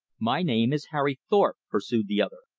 my name is harry thorpe, pursued the other.